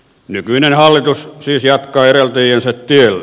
nykyinen hallitus siis jatkaa edeltäjiensä tiellä